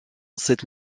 cette